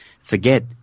forget